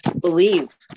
believe